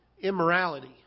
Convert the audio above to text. immorality